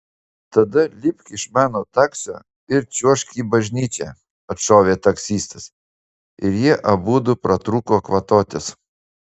tada lipk iš mano taksio ir čiuožk į bažnyčią atšovė taksistas ir jie abudu pratrūko kvatotis